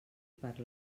per